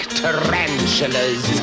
tarantulas